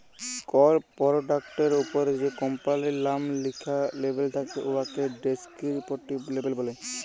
call পরডাক্টের উপরে যে কম্পালির লাম লিখ্যা লেবেল থ্যাকে উয়াকে ডেসকিরিপটিভ লেবেল ব্যলে